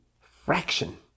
fraction